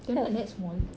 you're not that small